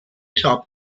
top